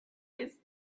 his